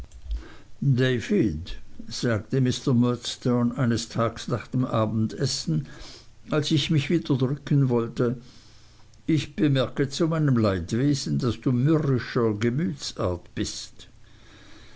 sagte mr murdstone eines tags nach dem abendessen als ich mich wieder drücken wollte ich bemerke zu meinem leidwesen daß du mürrischer gemütsart bist